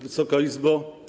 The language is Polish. Wysoka Izbo!